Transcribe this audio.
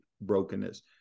brokenness